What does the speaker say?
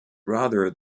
rather